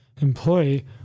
employee